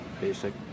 basic